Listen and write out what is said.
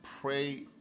pray